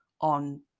on